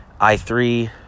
I3